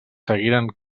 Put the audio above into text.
seguiren